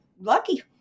lucky